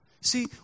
See